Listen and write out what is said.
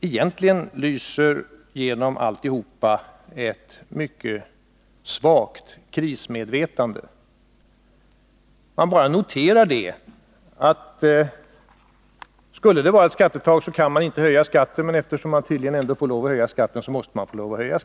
egentligen lyser ett mycket svagt krismedvetande. Socialdemokraterna noterar bara att, om det fanns ett kommunalt skattetak, skulle kommunerna inte kunna höja skatten, och eftersom kommunerna tydligen blir tvungna att höja skatten, måste de få lov att göra det.